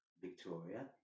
Victoria